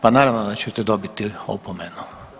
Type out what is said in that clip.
Pa naravno da ćete dobiti opomenu.